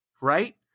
right